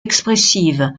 expressive